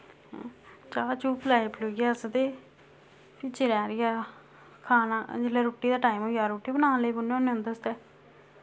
चाह् चूह् प्लैआई प्लुआइयै अस ते फ्ही चिरें हारियै खाना जिसलै रुट्टी दा टाइम होई गेआ रुट्टी बनान लगी पौन्ने होन्ने उं'दे आस्तै